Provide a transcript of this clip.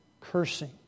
cursing